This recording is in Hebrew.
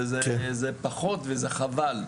זה פחות, וזה חבל.